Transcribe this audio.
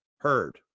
heard